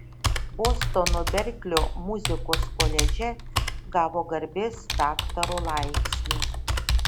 bostono berklio muzikos koledže gavo garbės daktaro laipsnį